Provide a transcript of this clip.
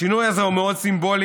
השינוי הזה הוא מאוד סימבולי,